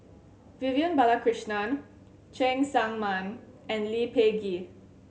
Vivian Balakrishnan Cheng Tsang Man and Lee Peh Gee